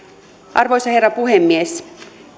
arvoisa herra puhemies